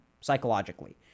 psychologically